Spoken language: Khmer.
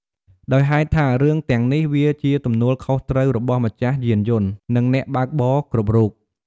ដោយហេតុថារឿងទាំងនេះ វាជាទំនួលខុសត្រូវរបស់ម្ចាស់យានយន្ត និងអ្នកបើកបរគ្រប់រូប។